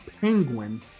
Penguin